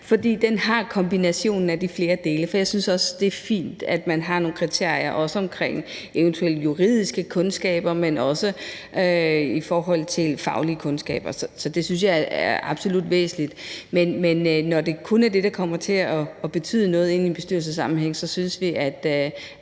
for den har kombinationen af de flere dele. For jeg synes også, det er fint, at man har nogle kriterier omkring eventuelle juridiske kundskaber, men også i forhold til faglige kundskaber. Så det synes jeg absolut er væsentligt. Men når det kun er det, der kommer til at betyde noget i en bestyrelsessammenhæng, så synes vi, at